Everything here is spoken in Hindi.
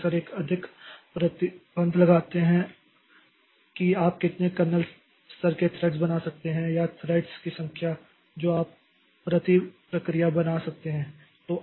वे अक्सर एक अधिक प्रतिबंध लगाते हैं कि आप कितने कर्नेल स्तर के थ्रेड्स बना सकते हैं या थ्रेड्स की संख्या जो आप प्रति प्रक्रिया बना सकते हैं